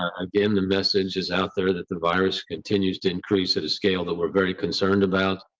again, the message is out there that the virus continues to increase at a scale that we're very concerned about.